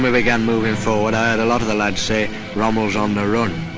began moving forward, i heard a lot of the lads say, rumbles on the run,